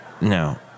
No